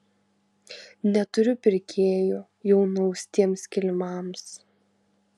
neturiu pirkėjų jau nuaustiems kilimams